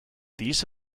these